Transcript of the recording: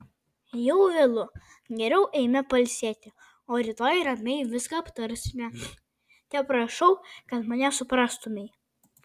jau vėlu geriau eime pailsėti o rytoj ramiai viską aptarsime teprašau kad mane suprastumei